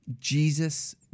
Jesus